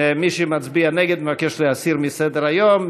מי שמצביע נגד, מבקש להסיר מסדר-היום.